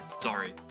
sorry